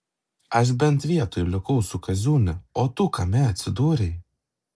aš bent vietoj likau su kaziūne o tu kame atsidūrei